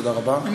תודה רבה.